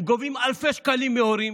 הם גובים אלפי שקלים מהורים